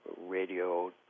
radio